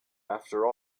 after